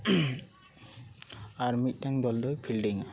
ᱟᱨ ᱢᱤᱫᱴᱮᱱ ᱫᱚᱞ ᱫᱚᱭ ᱯᱷᱤᱞᱰᱤᱝᱼᱟ